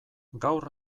gaur